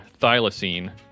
thylacine